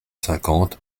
cinquante